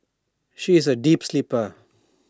she is A deep sleeper